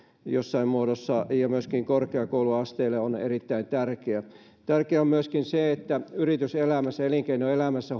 jossain muodossa ja myöskin korkeakouluasteelle on erittäin tärkeää tärkeää on myöskin se että yrityselämässä ja elinkeinoelämässä